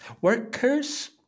Workers